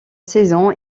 saison